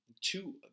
Two